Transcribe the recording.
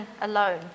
alone